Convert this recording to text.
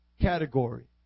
category